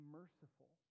merciful